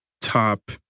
top